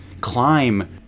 climb